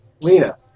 Lena